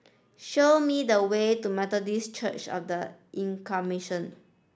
show me the way to Methodist Church Of The Incarnation